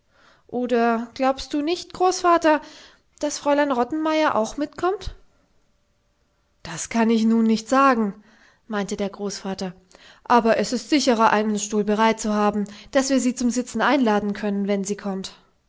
oder glaubst du nicht großvater daß fräulein rottenmeier auch mitkommt das kann ich nun nicht sagen meinte der großvater aber es ist sicherer einen stuhl bereit zu haben daß wir sie zum sitzen einladen können wenn sie kommt